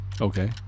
Okay